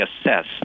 assess